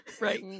Right